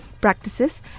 practices